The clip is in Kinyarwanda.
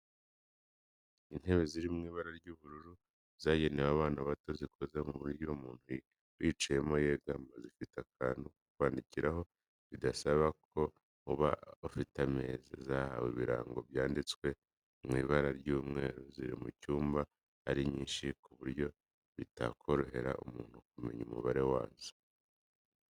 Intebe ziri mu ibara ry'ubururu zagenewe abana bato zikoze mu buryo umuntu uyicayemo yegama, zifite akantu ko kwandikiraho bidasabye ko uba ufite akameza, zahawe ibirango byanditswe mu ibara ry'umweru, ziri mu cyumba ari nyinshi ku buryo bitakorohera umuntu kumenya umubare wazo.